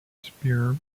spear